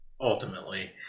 ultimately